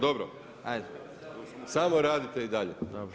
Dobro, samo radite i dalje.